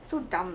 so dumb